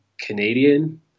Canadian